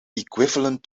equivalent